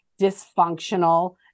dysfunctional